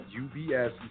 UBS